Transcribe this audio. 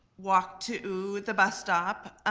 walk to the bus stop,